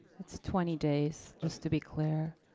it's twenty days, just to be clear.